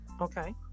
Okay